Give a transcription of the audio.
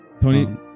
Tony